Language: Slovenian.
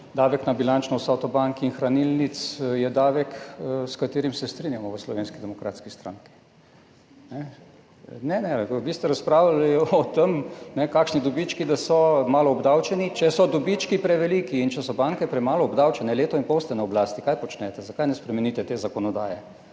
Davek na bilančno vsoto bank in hranilnic je davek, s katerim se strinjamo v Slovenski demokratski stranki. / oglašanje iz dvorane/ Ne, ne, vi ste razpravljali o tem, da so kakšni dobički malo obdavčeni. Če so dobički preveliki in če so banke premalo obdavčene, leto in pol ste na oblasti, kaj počnete? Zakaj ne spremenite te zakonodaje?